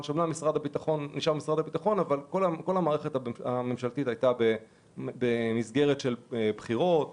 שכל המערכת הממשלתית הייתה נתונה למערכות בחירות רבות,